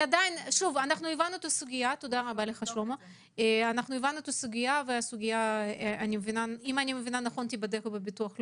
הסוגיה, היא ברורה והיא תיבדק בביטוח הלאומי.